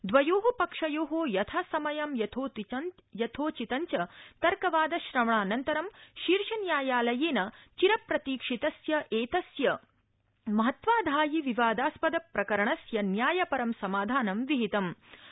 द्वयो पक्षयो यथासमयं यथोचितञ्च तर्कवादश्रवणानंतरं शीर्षन्यायालयेन चिरप्रतीक्षितस्य एतस्य महत्त्वाधायि विवादास्पद प्रकरणस्य न्यायपरं समाधानं विहितमं